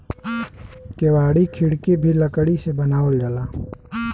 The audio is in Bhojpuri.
केवाड़ी खिड़की भी लकड़ी से बनावल जाला